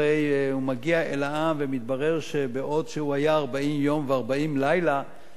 הרי הוא מגיע אל העם ומתברר שבעוד שהוא היה 40 יום ו-40 לילה,